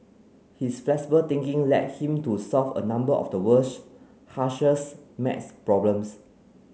his flexible thinking led him to solve a number of the world's maths problems